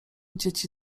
dzieci